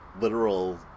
literal